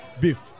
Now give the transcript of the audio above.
Beef